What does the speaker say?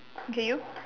okay you